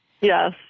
Yes